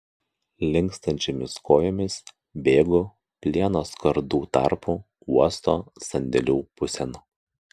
linkstančiomis kojomis bėgu plieno skardų tarpu uosto sandėlių pusėn